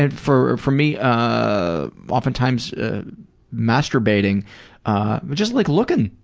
and for for me ah often times masturbating. i just like lookin'.